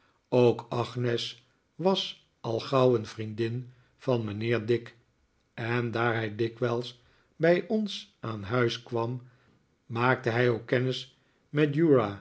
ook agnes was al gauw een vriendin van mijnheer dick en daar hij dikwijls bij ons aan huis kwam maakte hij ook kennis met